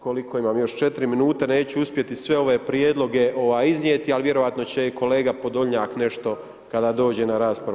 Koliko imam, još 4 minute, neću uspjeti sve ove prijedloge iznijeti, ali vjerojatno će i kolega Podolnjak, nešto kada dođe na raspravu.